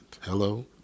Hello